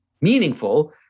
meaningful